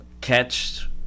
catch